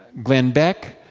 glenn beck,